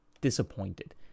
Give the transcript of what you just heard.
disappointed